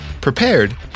prepared